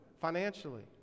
financially